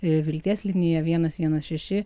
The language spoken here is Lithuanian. ir vilties linija vienas vienas šeši